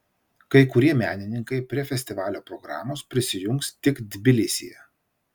kai kurie menininkai prie festivalio programos prisijungs tik tbilisyje